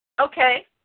Okay